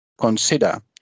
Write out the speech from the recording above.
consider